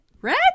red